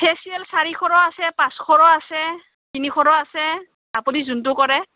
facial চাৰিশৰো আছে পাঁচশৰো আছে তিনিশৰো আছে আপুনি যোনটো কৰে